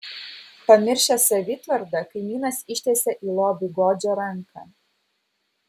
pamiršęs savitvardą kaimynas ištiesia į lobį godžią ranką